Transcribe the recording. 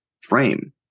frame